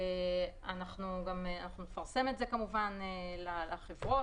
אנחנו נפרסם את זה לחברות.